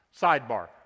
sidebar